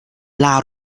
allowed